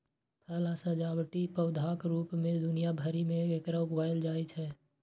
फल आ सजावटी पौधाक रूप मे दुनिया भरि मे एकरा उगायल जाइ छै